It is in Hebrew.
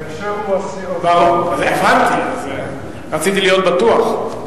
הבנתי, רציתי להיות בטוח.